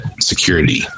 security